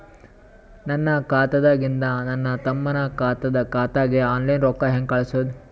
ನನ್ನ ಖಾತಾದಾಗಿಂದ ನನ್ನ ತಮ್ಮನ ಖಾತಾಗ ಆನ್ಲೈನ್ ರೊಕ್ಕ ಹೇಂಗ ಕಳಸೋದು?